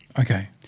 Okay